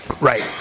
Right